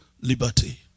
Liberty